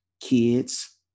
kids